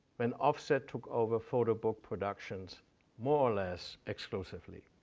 when offset took over photo book productions more or less exclusively.